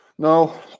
No